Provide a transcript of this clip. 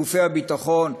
גופי הביטחון,